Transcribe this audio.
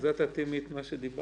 את תתאימי את מה שדיברנו?